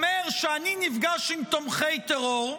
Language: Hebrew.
ואומר שאני נפגש עם תומכי טרור,